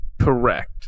Correct